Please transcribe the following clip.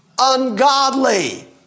ungodly